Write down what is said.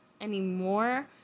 anymore